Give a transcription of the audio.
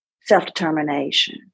self-determination